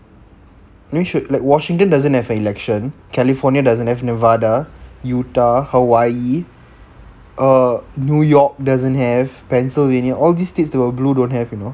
you should like washington doesn't have a election california doesn't have nevada utah hawaii err new york doesn't have pennsylvania all this states with a blue don't have you know